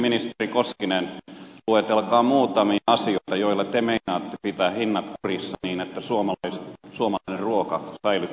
ministeri koskinen luetelkaa muutamia asioita joilla te meinaatte pitää hinnat kurissa niin että suomalainen ruoka säilyttää kilpailukykynsä